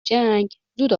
جنگ، زود